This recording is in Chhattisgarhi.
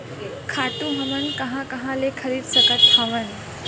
खातु हमन कहां कहा ले खरीद सकत हवन?